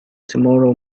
tomorrow